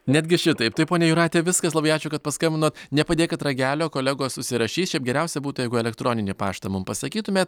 netgi šitaip tai ponia jūrate viskas labai ačiū kad paskambinot nepadėkit ragelio kolegos užsirašysšiaip geriausia būtų jeigu elektroninį paštą mum pasakytumėt